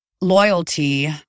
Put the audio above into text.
loyalty